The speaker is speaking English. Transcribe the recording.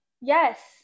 Yes